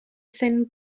thin